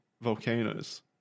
volcanoes